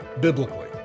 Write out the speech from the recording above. biblically